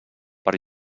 per